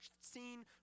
scene